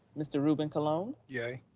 mr. ruben colon? yea.